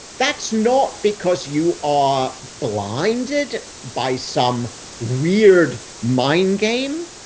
that's not because you are blinded by some reared mind game.